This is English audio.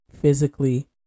physically